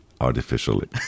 artificially